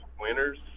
winners